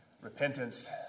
repentance